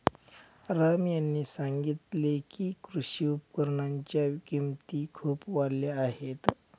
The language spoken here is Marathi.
राम यांनी सांगितले की, कृषी उपकरणांच्या किमती खूप वाढल्या आहेत